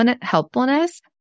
helpfulness